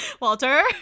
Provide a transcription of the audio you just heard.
Walter